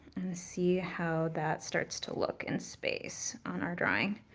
see how that starts to look in space on our drawing.